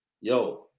yo